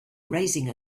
raising